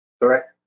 Correct